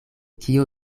kio